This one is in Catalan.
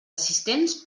assistents